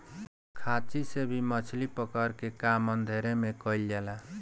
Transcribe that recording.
खांची से भी मछली पकड़े के काम अंधेरा में कईल जाला